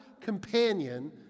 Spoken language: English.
companion